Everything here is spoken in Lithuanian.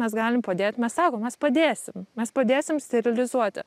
mes galim padėt mes sakom mes padėsim mes padėsim sterilizuoti